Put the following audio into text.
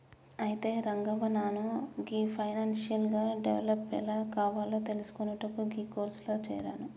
అయితే రంగవ్వ నాను గీ ఫైనాన్షియల్ గా డెవలప్ ఎలా కావాలో తెలిసికొనుటకు గీ కోర్సులో జేరాను